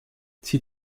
sie